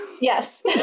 Yes